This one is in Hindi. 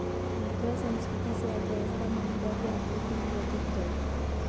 मुद्रा संस्फिति से अर्थव्यवस्था में मुद्रा की आपूर्ति में वृद्धि की जाती है